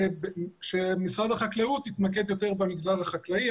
ומשרד החקלאות יתמקד יותר במגזר החקלאי,